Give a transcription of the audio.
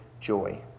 joy